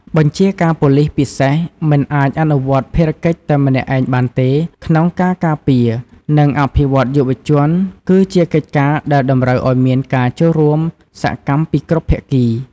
បញ្ជាការប៉ូលិសពិសេស មិនអាចអនុវត្តភារកិច្ចតែម្នាក់ឯងបានទេ ក្នុងការការពារ និងអភិវឌ្ឍយុវជន គឺជាកិច្ចការដែលតម្រូវឲ្យមានការចូលរួមសកម្មពីគ្រប់ភាគី។